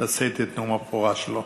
לשאת את נאום הבכורה שלו.